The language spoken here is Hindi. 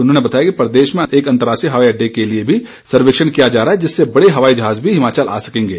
उन्होंने बताया कि प्रदेश में एक अंतर्राष्ट्रीय हवाई अड्डे के लिए भी सर्वेक्षण किया जा रहा है जिससे बड़े हवाई जहाज भी हिमाचल आ सकेंगे